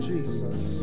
Jesus